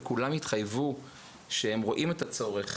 וכולם התחייבו שהם רואים את הצורך,